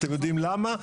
אתם יודעים למה?